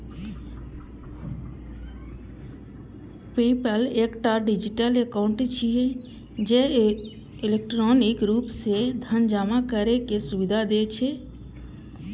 PayPal एकटा digital account छियै, जे इलेक्ट्रॉनिक रूप सं धन जमा करै के सुविधा दै छै